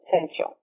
potential